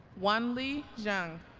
wanli zhang